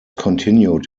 continued